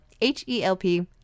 H-E-L-P